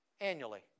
annually